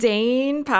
Dane